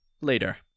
later